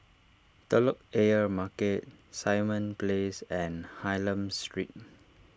Telok Ayer Market Simon Place and Hylam Street